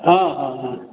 हाँ हाँ हाँ